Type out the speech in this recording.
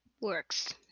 works